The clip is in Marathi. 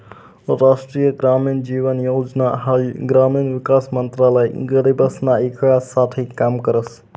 राष्ट्रीय ग्रामीण जीवन योजना हाई ग्रामीण विकास मंत्रालय गरीबसना ईकास साठे काम करस